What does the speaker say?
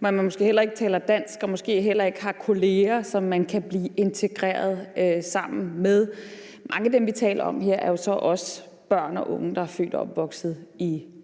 man måske heller ikke taler dansk og måske heller ikke har kolleger, som man kan blive integreret sammen med. Mange af dem, vi taler om her, er jo så også børn og unge, der er født og opvokset i Danmark,